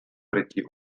пройти